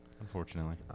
Unfortunately